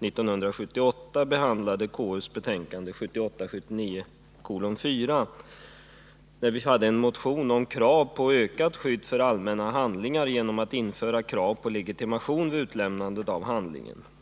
1978 tog ställning till konstitutionsutskottets betänkande 1978/79:4, där en motion med krav på ökat skydd för allmänna handlingar genom ett införande av krav på legitimation vid utlämnandet av handlingen behandlades.